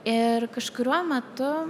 ir kažkuriuo metu